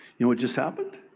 you know what just happened?